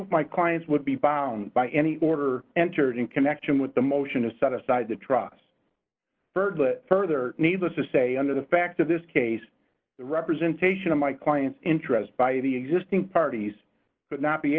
dispute my clients would be bound by any order entered in connection with the motion to set aside the trust for further needless to say under the facts of this case the representation of my client's interests by the existing parties could not be